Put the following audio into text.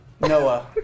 Noah